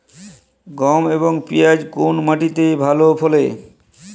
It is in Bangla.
গম এবং পিয়াজ কোন মাটি তে ভালো ফলে?